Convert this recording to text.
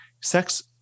sex